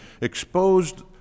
exposed